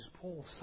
Paul